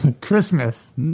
Christmas